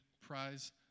prize